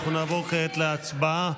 נעבור כעת להצבעה.